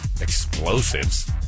explosives